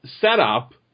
setup